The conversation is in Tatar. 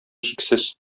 чиксез